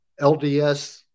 LDS